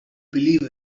believe